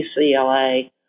UCLA